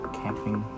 camping